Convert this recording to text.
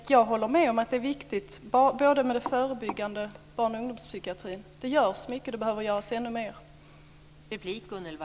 Jag håller med om att det är viktigt med den förebyggande barn och ungdomspsykiatrin. Det görs mycket, det behöver göras ännu mera.